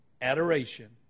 adoration